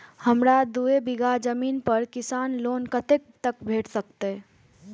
हमरा दूय बीगहा जमीन पर किसान लोन कतेक तक भेट सकतै?